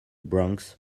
bronx